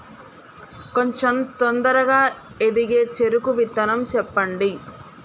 కొంచం తొందరగా ఎదిగే చెరుకు విత్తనం చెప్పండి?